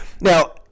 Now